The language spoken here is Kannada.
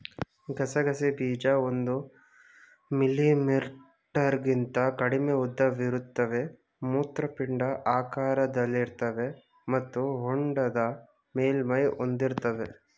ಗಸಗಸೆ ಬೀಜ ಒಂದು ಮಿಲಿಮೀಟರ್ಗಿಂತ ಕಡಿಮೆ ಉದ್ದವಿರುತ್ತವೆ ಮೂತ್ರಪಿಂಡ ಆಕಾರದಲ್ಲಿರ್ತವೆ ಮತ್ತು ಹೊಂಡದ ಮೇಲ್ಮೈ ಹೊಂದಿರ್ತವೆ